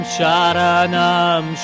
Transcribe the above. Sharanam